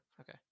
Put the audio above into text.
Okay